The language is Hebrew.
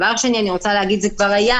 דבר שני, זה כבר היה.